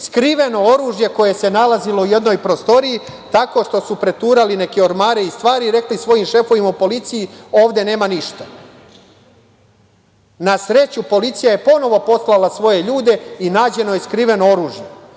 skriveno oružje koje se nalazilo u jednoj prostoriji tako što su preturali neke ormare i stvari i rekli svojoj šefovima u policiji – ovde nema ništa. Na sreću, policija je ponovo poslala svoje ljude i nađeno je skriveno oružje,